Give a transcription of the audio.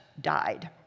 died